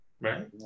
right